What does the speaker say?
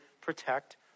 protect